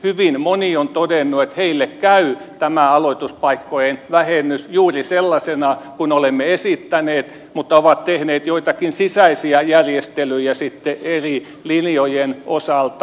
hyvin moni on todennut että heille käy tämä aloituspaikkojen vähennys juuri sellaisena kuin olemme esittäneet mutta he ovat tehneet joitakin sisäisiä järjestelyjä sitten eri linjojen osalta